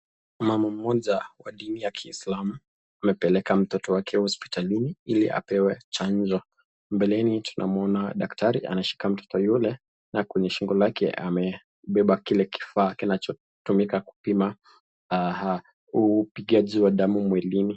Mama mmoja wa dini ya kiislamu amepeleka mtoto wake hospitalini, ili apewe chanjo. Mbeleni tunamuona daktari anashika mtoto yule na kwenye shingo lake amebeba kile kifaa kinachotumika kupima upigaji wa damu mwilini.